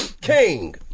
King